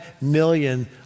million